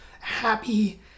happy